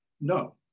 No